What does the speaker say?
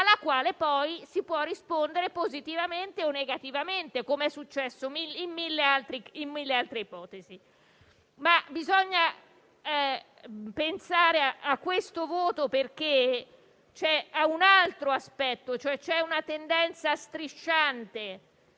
alla quale si può rispondere positivamente o negativamente, così come è successo in tantissime altre ipotesi. Bisogna pensare però a questo voto perché c'è un altro aspetto; a volte c'è una tendenza strisciante